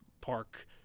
Park